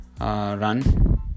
run